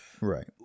Right